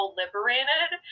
liberated